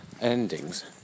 endings